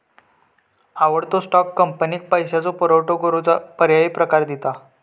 आवडतो स्टॉक, कंपनीक पैशाचो पुरवठो करूचो पर्यायी प्रकार दिता